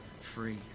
free